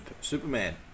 Superman